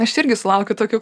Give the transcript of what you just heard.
aš irgi sulaukiu tokių